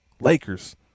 Lakers